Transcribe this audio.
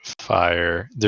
fire